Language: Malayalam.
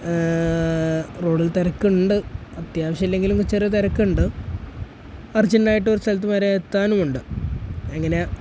റോഡിൽ തിരക്കുണ്ട് അത്യാവശ്യം ഇല്ലെങ്കിലും ചെറിയ തിരക്കുണ്ട് അർജൻ്റായിട്ട് ഒരു സ്ഥലത്ത് വരെ എത്താനുമുണ്ട് എങ്ങനെയാണ്